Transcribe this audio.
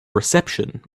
reception